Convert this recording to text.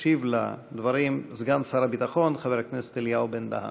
ישיב על הדברים סגן שר הביטחון חבר הכנסת אלי בן-דהן.